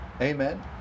amen